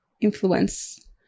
influence